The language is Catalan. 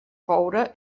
coure